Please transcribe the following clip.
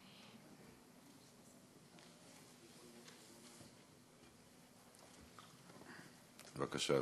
בבקשה,